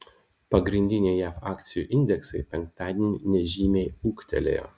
pagrindiniai jav akcijų indeksai penktadienį nežymiai ūgtelėjo